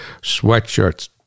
sweatshirts